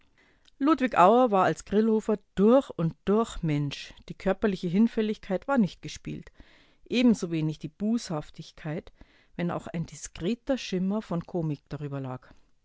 ludwig auer war als grillhofer durch und durch mensch die körperliche hinfälligkeit war nicht gespielt ebensowenig die bußhaftigkeit wenn auch ein diskreter schimmer von komik darüber lag